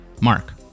Mark